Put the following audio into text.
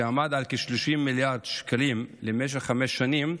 שעמד על כ-30 מיליארד שקלים למשך חמש שנים,